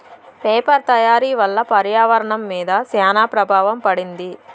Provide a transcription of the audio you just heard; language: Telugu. పేపర్ తయారీ వల్ల పర్యావరణం మీద శ్యాన ప్రభావం పడింది